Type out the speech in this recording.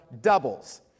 doubles